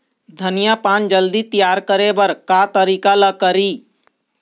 धनिया पान जल्दी तियार करे बर का तरीका नोकरी?